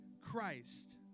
Christ